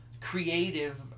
creative